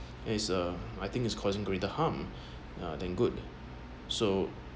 is a I think is causing greater harm than good so